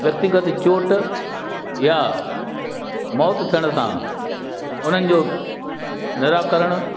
व्यक्तिगत चोट या मौत थियण सां हुननि जो निराकरण